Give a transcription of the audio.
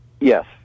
Yes